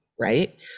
right